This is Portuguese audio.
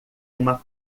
uma